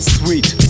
sweet